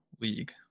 league